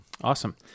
Awesome